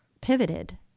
pivoted